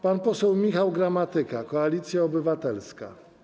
Pan poseł Michał Gramatyka, Koalicja Obywatelska.